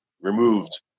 removed